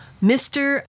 mr